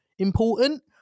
important